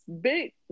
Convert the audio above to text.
big